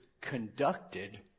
conducted